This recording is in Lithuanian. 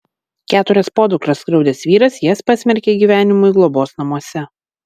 keturias podukras skriaudęs vyras jas pasmerkė gyvenimui globos namuose